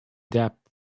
adapt